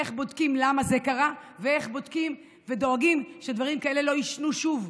איך בודקים למה זה קרה ואיך בודקים ודואגים שדברים כאלה לא יישנו שוב?